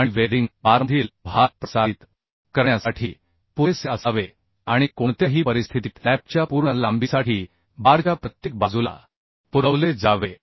आणि वेल्डिंग बारमधील भार प्रसारित करण्यासाठी पुरेसे असावे आणि कोणत्याही परिस्थितीत लॅपच्या पूर्ण लांबीसाठी बारच्या प्रत्येक बाजूला पुरवले जावे